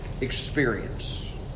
experience